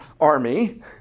army